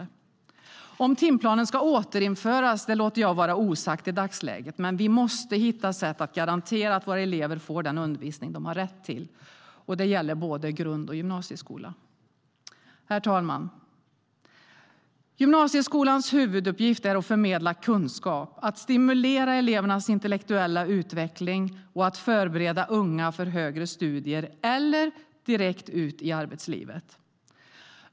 Herr talman! Gymnasieskolans huvuduppgift är att förmedla kunskap, att stimulera elevernas intellektuella utveckling och att förbereda unga för högre studier eller ett direkt inträde i arbetslivet.